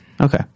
Okay